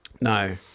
No